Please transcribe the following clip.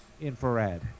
infrared